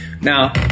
Now